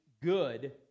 good